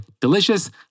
delicious